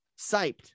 siped